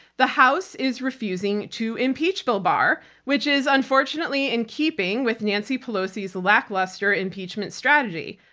the house is refusing to impeach bill barr which is unfortunately in keeping with nancy pelosi's lackluster impeachment strategy.